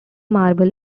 marble